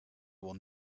will